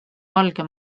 valge